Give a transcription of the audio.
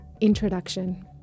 Introduction